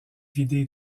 vidé